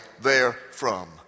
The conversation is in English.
therefrom